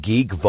Geek